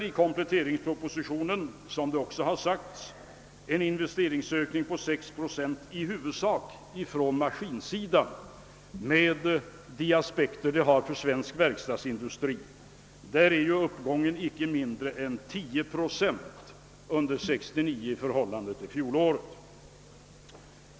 I kompletteringspropositionen redovisas, som här redan sagts, en investeringsökning på 6 procent, i huvudsak för maskinsidan, med de aspekter detta har för svensk verkstadsindustri. Där är uppgången icke mindre än 10 procent under 1969 i förhållande till fjolåret.